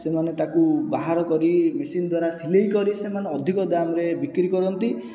ସେମାନେ ତାକୁ ବାହାର କରି ମେସିନ୍ ଦ୍ୱାରା ସିଲେଇ କରି ସେମାନେ ଅଧିକ ଦାମ୍ରେ ବିକ୍ରି କରନ୍ତି